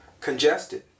congested